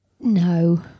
no